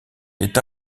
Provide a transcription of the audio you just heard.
est